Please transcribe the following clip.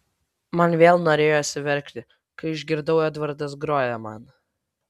man vėl norėjosi verkti kai išgirdau edvardas groja man